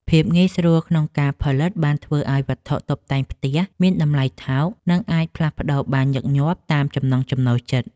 ភាពងាយស្រួលក្នុងការផលិតបានធ្វើឱ្យវត្ថុតុបតែងផ្ទះមានតម្លៃថោក និង អាចផ្លាស់ប្តូរបានញឹកញាប់តាមចំណង់ចំណូលចិត្ត។